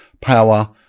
power